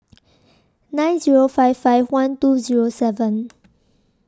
nine Zero five five one two Zero seven